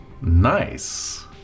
Nice